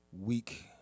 week